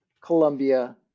Colombia